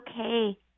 okay